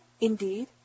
indeed